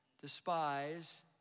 Despise